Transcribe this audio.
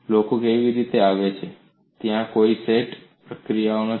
લોકો કેવી રીતે આવે છે ત્યાં કોઈ સેટ પ્રક્રિયાઓ નથી